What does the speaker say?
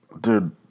Dude